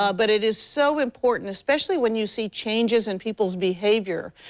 um but it is so important, especially when you see changes in people's behavior,